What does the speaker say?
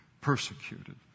persecuted